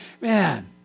man